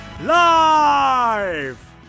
live